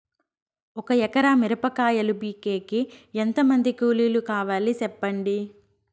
ఒక ఎకరా మిరప కాయలు పీకేకి ఎంత మంది కూలీలు కావాలి? సెప్పండి?